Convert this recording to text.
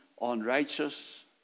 Unrighteous